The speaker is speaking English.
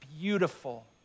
beautiful